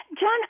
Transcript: John